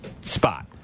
spot